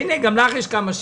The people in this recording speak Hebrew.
גם לך יש כמה שמות.